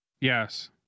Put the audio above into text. yes